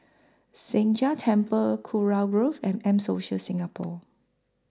Sheng Jia Temple Kurau Rove and M Social Singapore